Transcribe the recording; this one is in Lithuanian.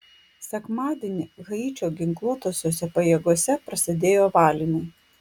sekmadienį haičio ginkluotosiose pajėgose prasidėjo valymai